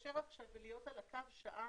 להתקשר עכשיו ולהיות על הקו שעה,